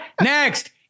Next